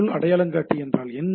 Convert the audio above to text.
பொருள் அடையாளங்காட்டி என்றால் என்ன